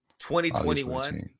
2021